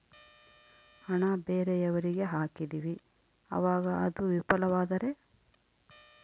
ಹಣ ಬೇರೆಯವರಿಗೆ ಹಾಕಿದಿವಿ ಅವಾಗ ಅದು ವಿಫಲವಾದರೆ?